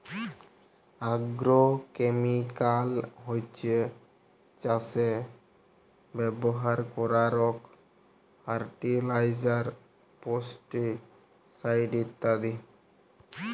agrochemical হছ্যে চাসে ব্যবহার করারক ফার্টিলাইজার, পেস্টিসাইড ইত্যাদি